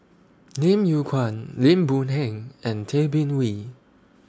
Lim Yew Kuan Lim Boon Heng and Tay Bin Wee